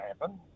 happen